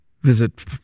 Visit